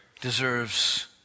deserves